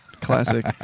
Classic